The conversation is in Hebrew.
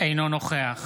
אינו נוכח